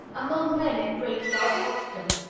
among men it breaks out often,